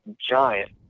giant